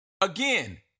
Again